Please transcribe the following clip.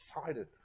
excited